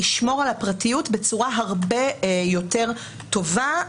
ישמור על הפרטיות בצורה הרבה יותר טובה,